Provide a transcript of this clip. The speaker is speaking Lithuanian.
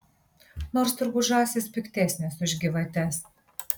nors turbūt žąsys piktesnės už gyvates